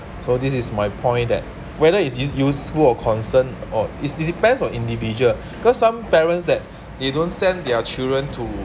so this is my point that whether it's useful or concern or is this depends on individual because some parents that you don't send their children to